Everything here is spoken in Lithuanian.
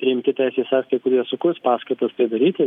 priimti teisės aktai kurie sukurs paskatas tai daryti